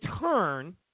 turn